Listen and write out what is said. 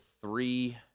three